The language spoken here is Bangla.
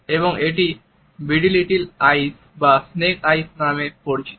এবং এটি 'beady little eyes' বা 'snake eyes' নামে পরিচিত